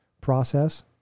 process